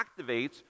activates